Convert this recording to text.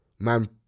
Man